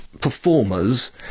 performers